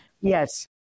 Yes